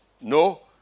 No